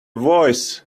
voice